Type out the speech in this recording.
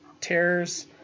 terrors